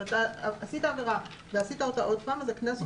אם עשית עבירה ואז עשית אותה עוד פעם אז הקנס כפול.